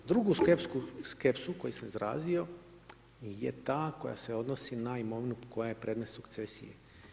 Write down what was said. Drugu skepsu koju sam izrazio je ta koja se odnosi na imovinu koja je predmet sukcesije.